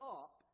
up